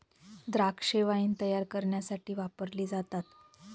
द्राक्षे वाईन तायार करण्यासाठी वापरली जातात